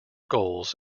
goals